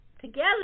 together